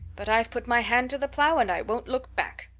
but i've put my hand to the plow and i won't look back.